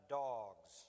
dogs